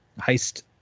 heist